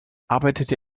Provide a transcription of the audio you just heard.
arbeitete